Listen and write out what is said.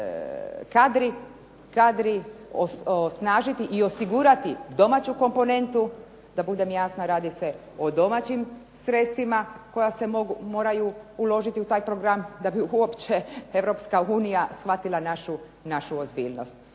kadri osnažiti i osigurati domaću komponentu. Da budem jasna, radi se o domaćim sredstvima koja se moraju uložiti u taj program da bi uopće Europska unija shvatila našu ozbiljnost.